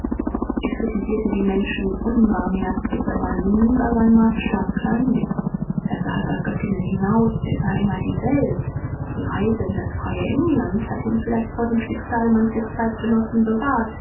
er kritisierte die menschen unbarmherzig aber nie war sein maßstab kleinlich er sah über göttingen hinaus er sah immer die welt die reise in das freiere england hat ihn vielleicht vor dem schicksal manches zeitgenossen bewahrt